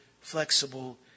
flexible